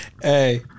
Hey